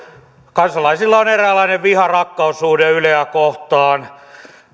kansalaisilla on eräänlainen viha rakkaus suhde yleä kohtaan